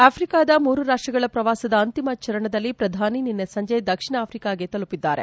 ಆಫ್ರಿಕಾದ ಮೂರು ರಾಷ್ಷಗಳ ಪ್ರವಾಸದ ಅಂತಿಮ ಚರಣದಲ್ಲಿ ಪ್ರಧಾನಿ ನಿನ್ನೆ ಸಂಜೆ ದಕ್ಷಿಣ ಆಫ್ರಿಕಾಗೆ ತಲುಪಿದ್ದಾರೆ